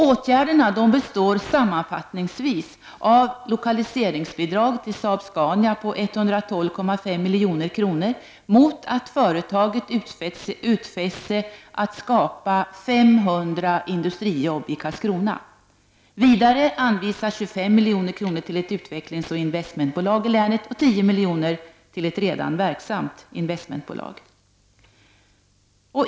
Åtgärderna består sammanfattningsvis av lokaliseringsbidrag till Saab Scania på 112,5 milj.kr. mot att företaget utfäst sig att skapa 500 industrijobb i Karlskrona. Vidare anvisas 25 milj.kr. till ett utvecklingsoch investmentbolag i länet och 10 milj.kr. till ett redan verksamt investmentbolag.